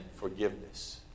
forgiveness